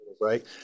right